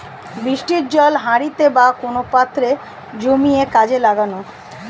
বৃষ্টির জল হাঁড়িতে বা কোন পাত্রে জমিয়ে কাজে লাগানো